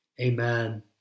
Amen